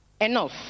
Enough